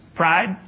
Pride